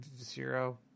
zero